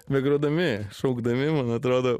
begrodami šaukdami man atrodo